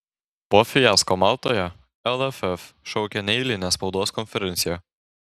po fiasko maltoje lff šaukia neeilinę spaudos konferenciją